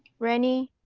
rennie,